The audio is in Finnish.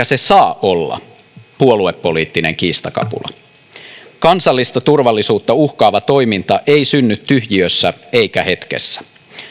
se saa olla puoluepoliittinen kiistakapula kansallista turvallisuutta uhkaava toiminta ei synny tyhjiössä eikä hetkessä